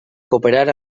cooperar